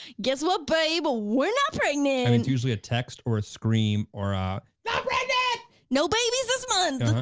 guess what babe? we're not pregnant. it's usually a text or a scream or a, not pregnant! no babies this month,